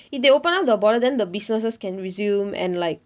if they open up the border then the businesses can resume and like